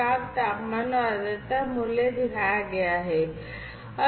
यह प्राप्त तापमान और आर्द्रता मूल्य दिखाया गया है